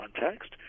context